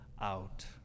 out